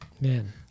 Man